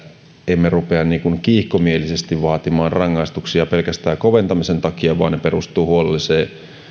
emme rupea kiihkomielisesti vaatimaan rangaistuksia pelkästään koventamisen takia vaan ne perustuvat huolelliseen